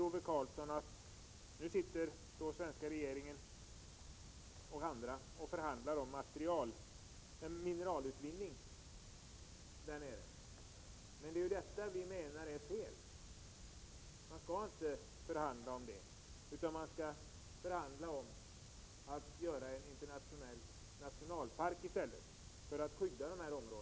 Ove Karlsson säger att den svenska regeringen och andra nu sitter och förhandlar om mineralutvinning där. Men det menar vi är fel. Man skall inte förhandla om detta, utan man skall i stället förhandla om att göra en internationell nationalpark för att skydda dessa områden.